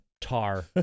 tar